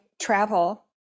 travel